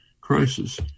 crisis